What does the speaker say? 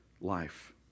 life